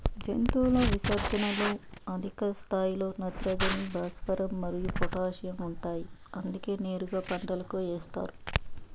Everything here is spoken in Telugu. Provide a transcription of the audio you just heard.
జంతువుల విసర్జనలలో అధిక స్థాయిలో నత్రజని, భాస్వరం మరియు పొటాషియం ఉంటాయి అందుకే నేరుగా పంటలకు ఏస్తారు